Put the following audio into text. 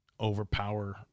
overpower